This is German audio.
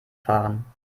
fahren